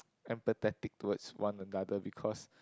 empathetic towards one another because